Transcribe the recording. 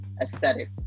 aesthetic